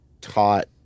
taught